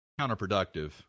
counterproductive